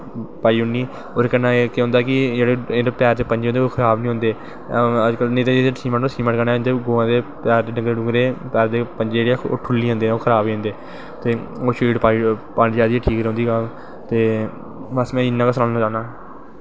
पाई ओड़नी ओह्दै नै केह् होंदा कि पंजे होंदे ओह् खराब नी होंदे अज्ज कल नेंई तां सीमैंट करनैं डंगरें दे पंजे पुजे ओह् खराब होई जंदे नै ठुल्ली जंदे नै ते ओह् शाट पानी चाही दी ठीक रौंह्दी ऐ ते बस में इन्ना गै सनाना चाह्नां